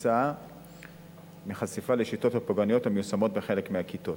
כתוצאה מחשיפה לשיטות הפוגעניות המיושמות בחלק מהכתות.